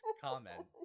comment